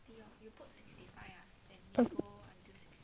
mm can can